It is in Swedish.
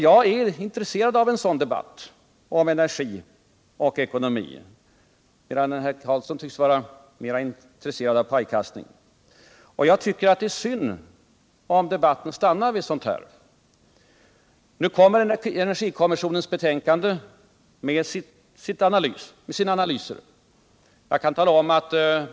Jag är intresserad av en sådan debatt om energin och ekonomin, medan Ingvar Carlsson tycks vara mer intresserad av pajkastning. Jag tycker det är synd om debatten stannar vid sådant. Nu får vi energikommissionens betänkande med sina analyser.